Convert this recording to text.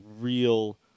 real